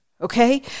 Okay